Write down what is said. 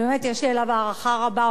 שבאמת יש לי אליו הערכה רבה.